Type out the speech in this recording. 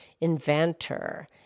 inventor